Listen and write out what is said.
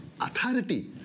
authority